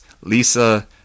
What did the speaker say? Lisa